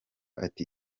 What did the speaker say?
ati